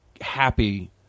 happy